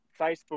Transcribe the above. Facebook